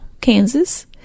Kansas